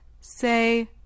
Say